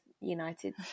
United